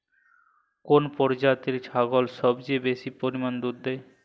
কোন প্রজাতির ছাগল সবচেয়ে বেশি পরিমাণ দুধ দেয়?